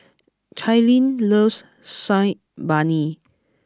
Cailyn loves Saag Paneer